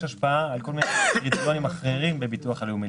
יש השפעה על כל מיני קריטריונים אחרים בביטוח הלאומי,